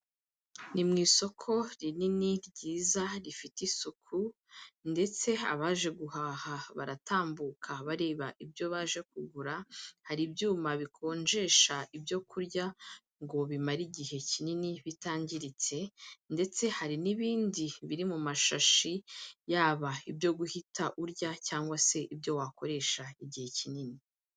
Ni mu isoko, rinini, ryiza, rifite isuku, ndetse abaje guhaha baratambuka bareba ibyo baje kugura, hari ibyuma bikonjesha ibyo kurya ngo bimare igihe kinini bitangiritse, ndetse hari n'ibindi biri mu mashashi yaba ibyo guhita urya cyangwa se ibyo wakoresha igihe kinini.